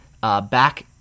back